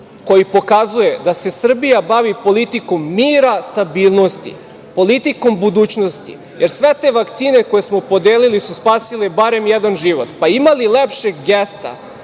koji pokazuje da se Srbija bavi politikom mira, stabilnosti, politikom budućnosti, jer sve te vakcine koje smo podelili su spasile barem jedan život. Pa ima li lepšeg gesta